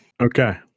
Okay